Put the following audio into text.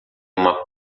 uma